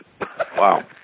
Wow